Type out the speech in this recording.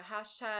hashtag